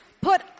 Put